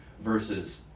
versus